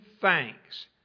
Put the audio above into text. thanks